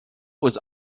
was